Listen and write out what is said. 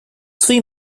three